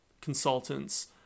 consultants